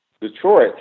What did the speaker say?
Detroit